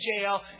jail